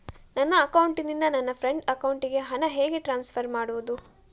ನನ್ನ ಅಕೌಂಟಿನಿಂದ ನನ್ನ ಫ್ರೆಂಡ್ ಅಕೌಂಟಿಗೆ ಹಣ ಹೇಗೆ ಟ್ರಾನ್ಸ್ಫರ್ ಮಾಡುವುದು?